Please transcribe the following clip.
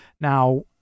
Now